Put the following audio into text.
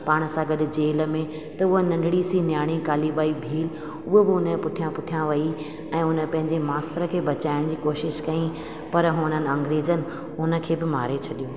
पाण सां गॾु जेल में त हुअ नंढड़ी सी न्याणी काली बाई भिल हुअ बि उन जे पुठियां पुठियां वई ऐं उन पंहिंजे मास्तर खे बचाइण जी कोशिशि कई पर हुननि अंग्रेज़नि हुन खे बि मारे छॾियो